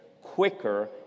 quicker